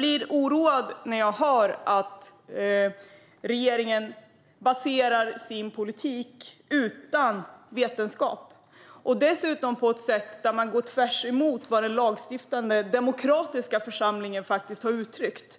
Det oroar mig att regeringens politik inte baseras på vetenskap och att man dessutom gör tvärt emot vad den lagstiftande demokratiska församlingen har uttryckt.